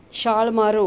ਛਾਲ ਮਾਰੋ